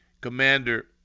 Commander